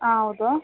ಹಾಂ ಹೌದು